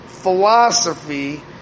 Philosophy